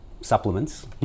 supplements